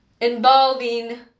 involving